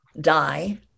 die